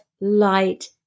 light